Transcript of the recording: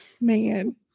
Man